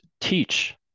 teach